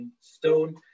stone